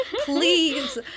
please